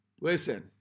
Listen